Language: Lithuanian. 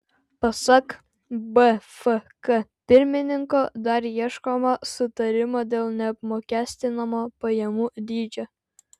pasak bfk pirmininko dar ieškoma sutarimo dėl neapmokestinamo pajamų dydžio